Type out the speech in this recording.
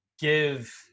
give